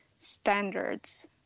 standards